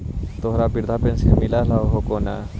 तोहरा वृद्धा पेंशन मिलहको ने?